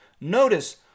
Notice